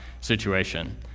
situation